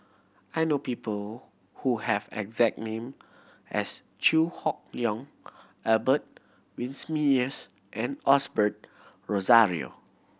I know people who have exact name as Chew Hock Leong Albert Winsemius and Osbert Rozario